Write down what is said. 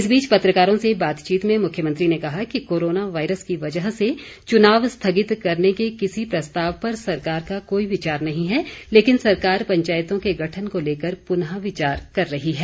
इस बीच पत्रकारों से बातचीत में मुख्यमंत्री ने कहा कि कोरोना वायरस की वजह से चुनाव स्थगित करने के किसी प्रस्ताव पर सरकार का कोई विचार नहीं है लेकिन सरकार पंचायतों के गठन को लेकर पुनः विचार कर रही है